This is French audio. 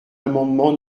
amendement